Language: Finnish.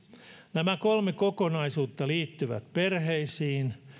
nämä kolme kokonaisuutta liittyvät perheisiin